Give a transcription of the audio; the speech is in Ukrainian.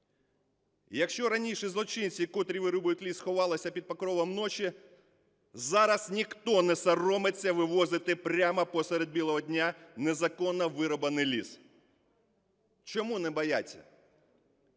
Якщо раніше злочинці, які вирубують ліс, ховалися під покровом ночі, зараз ніхто не соромиться вивозити прямо посеред білого дня незаконно вирубаний ліс. Чому не бояться?